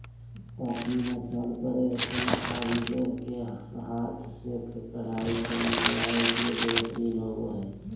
पश्मीना शाल पर ऐसन कारीगर के हाथ से कढ़ाई कयल जा हइ जे बेहतरीन होबा हइ